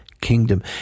kingdom